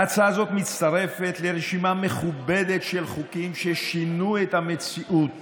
ההצעה הזאת מצטרפת לרשימה מכובדת של חוקים ששינו את המציאות